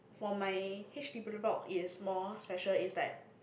for my H_D_B block is more special is like